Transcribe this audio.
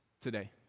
today